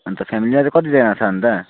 अन्त फेमिलीमा चाहिँ कतिजना छ अन्त